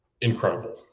incredible